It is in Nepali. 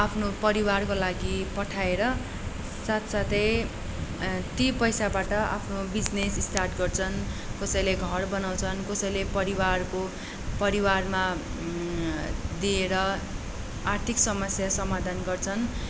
आफ्नो परिवारको लागि पठाएर साथ साथै ती पैसाबाट आफ्नो बिजनेस स्टार्ट गर्छन् कसैले घर बनाउँछन् कसैले परिवारको परिवारमा दिएर आर्थिक समस्या समाधान गर्छन्